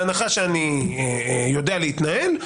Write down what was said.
בהנחה שאני יודע להתנהל,